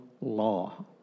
law